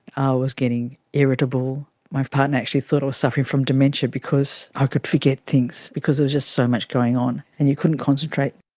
i was getting irritable, my partner actually thought i was suffering from dementia because i could forget things because there was just so much going on and you couldn't concentrate.